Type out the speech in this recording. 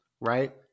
right